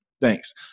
Thanks